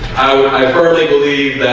i firmly believe